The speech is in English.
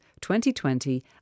2020